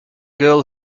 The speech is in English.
girl